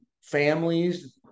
families